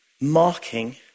marking